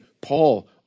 Paul